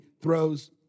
throws